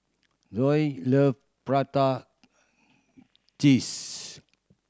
Zoey love prata cheese